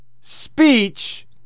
speech